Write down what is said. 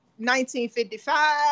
1955